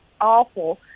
awful